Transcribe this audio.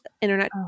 internet